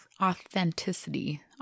authenticity